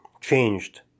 changed